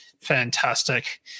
Fantastic